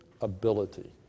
ability